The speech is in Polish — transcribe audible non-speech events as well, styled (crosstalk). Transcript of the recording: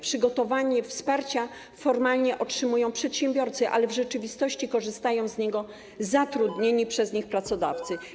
Przygotowane wsparcie formalnie otrzymują przedsiębiorcy, ale w rzeczywistości korzystają z niego zatrudnieni (noise) przez nich pracownicy.